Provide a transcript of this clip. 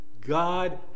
God